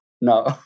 no